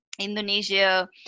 Indonesia